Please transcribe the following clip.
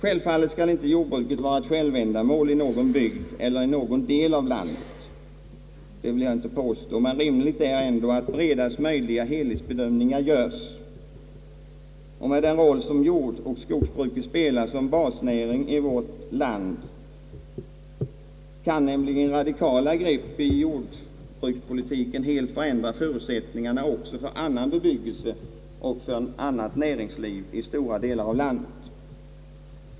Självfallet skall inte jordbruket vara ett självändamål i någon bygd eller i någon del av landet. men rimligt är ändå att bredast möjliga helhetsbedömningar görs. Med den roll som jordoch skogsbruket spelar som basnäring i vårt land kan nämligen radikala grepp i jordbrukspolitiken helt förändra förutsättningarna också för annan bebyggelse och annat näringsliv i stora delar av vårt land.